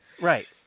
Right